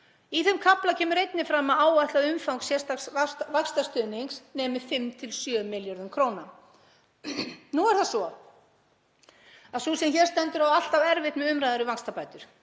Í þeim kafla kemur einnig fram að áætlað umfang sérstaks vaxtastuðningsins nemi 5–7 milljörðum kr. Nú er það svo að sú sem hér stendur á alltaf erfitt með umræður um vaxtabætur.